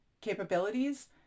capabilities